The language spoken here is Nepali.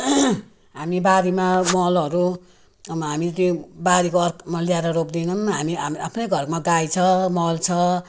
हामी बारीमा मलहरू हामी त्यो बारीको मल ल्याएर रोप्दैनौँ हामी हाम्रो आफ्नै घरमा गाई छ मल छ